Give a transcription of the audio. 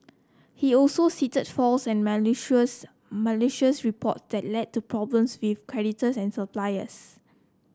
he also cited false and malicious malicious report that led to problems with creditors and suppliers